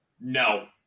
No